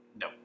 No